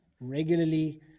regularly